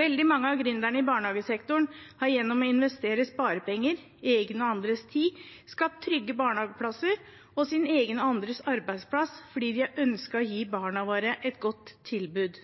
Veldig mange av gründerne i barnehagesektoren har gjennom å investere sparepenger, egen og andres tid skapt trygge barnehageplasser og sin egen og andres arbeidsplass fordi de har ønsket å gi barna våre et godt tilbud.